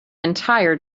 entire